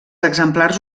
exemplars